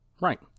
Right